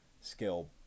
skill